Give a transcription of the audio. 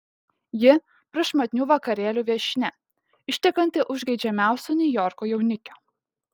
ji prašmatnių vakarėlių viešnia ištekanti už geidžiamiausio niujorko jaunikio